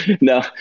No